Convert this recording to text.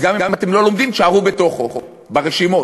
אז גם אם אתם לא לומדים, תישארו בתוכן, ברשימות.